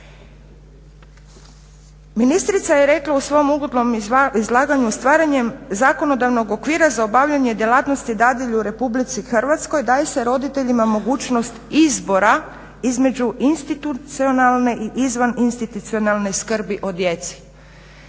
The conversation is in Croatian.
Ministrica je rekla u svom uvodnom izlaganju stvaranjem zakonodavnog okvira za obavljanje djelatnosti dadilje u Republici Hrvatskoj daje se roditeljima mogućnost izbora između institucionalne i izvan institucionalne skrbi o djeci.